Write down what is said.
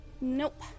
Nope